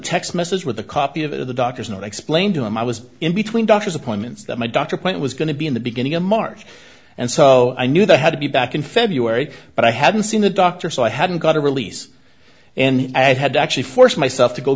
text message with a copy of the doctor's note explained to him i was in between doctor's appointments that my doctor point was going to be in the beginning of march and so i knew that had to be back in february but i hadn't seen the doctor so i hadn't got a release and i had to actually force myself